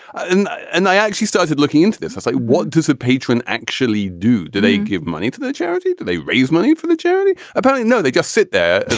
and and they actually started looking into this it's like, what does a patron actually do? do they give money to the charity? they raise money for the charity opponent? no, they just sit there,